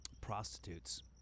prostitutes